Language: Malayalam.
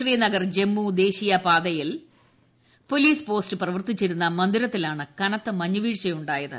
ശ്രീനഗർ ജമ്മു ദേശീയ പാതയിൽ പോലീസ് പോസ്റ്റ് പ്രവർത്തിച്ചിരുന്ന മന്ദിരത്തിലാണ് കനത്ത മഞ്ഞ്വീഴ്ചയുണ്ടായത്